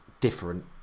different